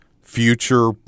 future